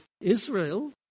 Israel